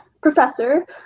professor